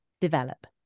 develop